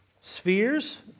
spheres